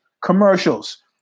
Commercials